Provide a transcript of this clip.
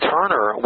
Turner